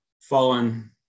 fallen